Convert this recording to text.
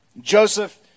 Joseph